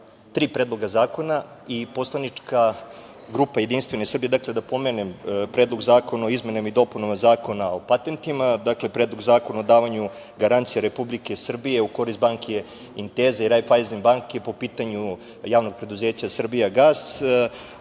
predloga zakona i poslanička grupa JS, dakle, da pomenem Predlog zakona o izmenama i dopunama Zakona o patentima, dakle, Predlog zakona o davanju garancije Republike Srbije u korist banke „Intesa“ i „Raiffeisen banke“ po pitanju Javnog preduzeća „Srbijagas“,